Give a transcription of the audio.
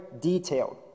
detailed